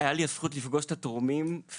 הייתה לי את הזכות לפגוש את התורמים פיזית.